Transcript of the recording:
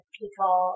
people